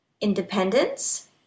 independence